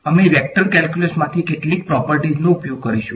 અમે વેક્ટર કેલ્ક્યુલસમાંથી કેટલીક પ્રોપ્રટીઝનો ઉપયોગ કરીશું